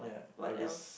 what else